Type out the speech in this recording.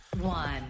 one